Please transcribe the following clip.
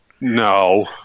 No